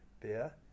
beer